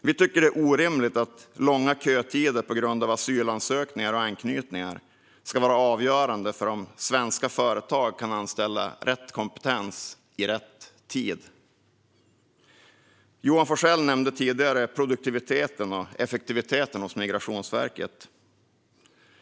Vi tycker att det är orimligt att långa kötider på grund av asylansökningar och anknytningar ska vara avgörande för om svenska företag kan anställa rätt kompetens i rätt tid. Johan Forssell nämnde tidigare produktiviteten och effektiviteten hos Migrationsverket.